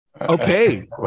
Okay